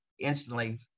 instantly